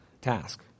task